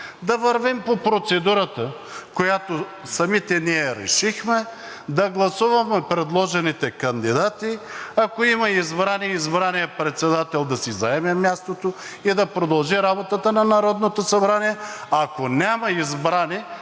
да вървим по процедурата, която самите ние решихме, да гласуваме предложените кандидати. Ако има избрани, избраният председател да си заеме мястото и да продължи работата на Народното събрание, ако няма избрани,